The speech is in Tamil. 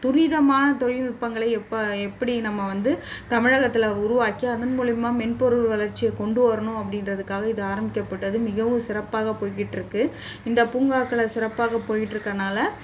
துரிதமான தொழில்நுட்பங்களை எப்போ எப்படி நம்ம வந்து தமிழகத்துல உருவாக்கி அதன் மூலிமா மென்பொருள் வளர்ச்சியை கொண்டு வரணும் அப்படின்றதுக்காக இது ஆரம்மிக்கப்பட்டது மிகவும் சிறப்பாக போய்ட்டு இருக்குது இந்த பூங்காக்களை சிறப்பாக போய்ட்டு இருக்கனால